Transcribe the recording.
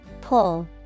Pull